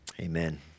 Amen